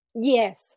Yes